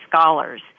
scholars